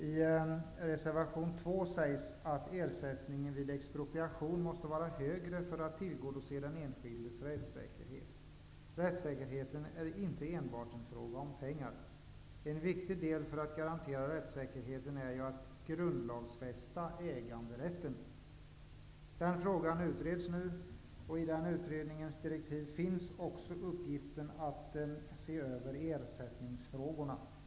I reservation 2 sägs att ersättning vid expropriation måste vara högre för att tillgodose den enskildes rättssäkerhet. Rättssäkerheten är inte enbart en fråga om pengar. En viktig del för att garantera rättssäkerheten är att grundlagsfästa äganderätten. Den frågan utreds nu. I den utredningens direktiv finns också uppgiften att se över ersättningsfrågorna.